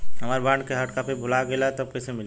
हमार बॉन्ड के hard copy भुला गएलबा त कैसे मिली?